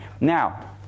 Now